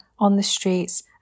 on-the-streets